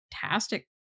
fantastic